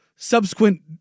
subsequent